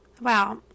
Wow